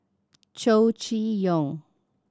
Chow Chee Yong